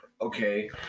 okay